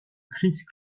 crise